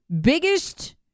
biggest